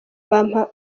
bampa